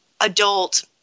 adult